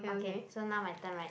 okay so now my turn right